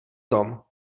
tom